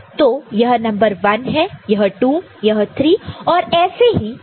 तो यह नंबर 1 है यह 2 यह 3 और ऐसे ही चलते जाएंगे